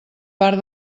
part